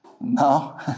no